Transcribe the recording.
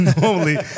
normally